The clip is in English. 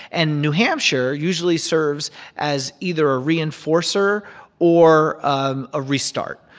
and new hampshire usually serves as either a reinforcer or um a restart.